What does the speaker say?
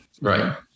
right